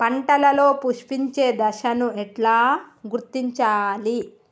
పంటలలో పుష్పించే దశను ఎట్లా గుర్తించాలి?